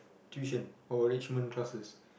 tuition or enrichment classes